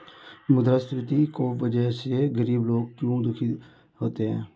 मुद्रास्फीति की वजह से गरीब लोग क्यों दुखी होते हैं?